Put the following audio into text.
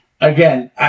Again